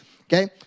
okay